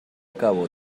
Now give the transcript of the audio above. cabo